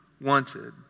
wanted